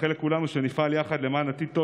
מאחל לכולנו שנפעל יחד למען עתיד טוב